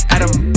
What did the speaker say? Adam